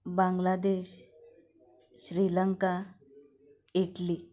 Bangladesh Sri Lanka Italy